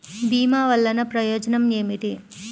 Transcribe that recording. భీమ వల్లన ప్రయోజనం ఏమిటి?